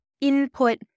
input